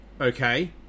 okay